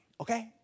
Okay